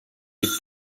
est